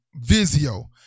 Vizio